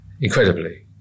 Incredibly